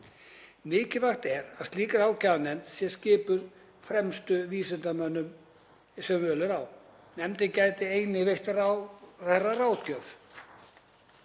Mikilvægt er að slík ráðgjafarnefnd sé skipuð fremstu vísindamönnum sem völ er á. Nefndin gæti einnig veitt ráðherra ráðgjöf